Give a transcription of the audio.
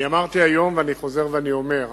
אני אמרתי היום ואני חוזר ואומר: